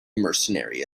mercenary